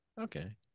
okay